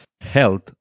health